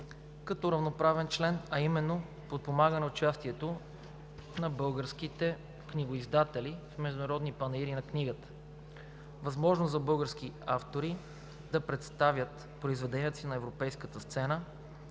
като равноправен член, а именно: подпомагане участието на българските книгоиздатели в международни панаири на книгата; възможност за български автори да представят произведенията си на европейска сцена;